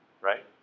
Right